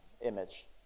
image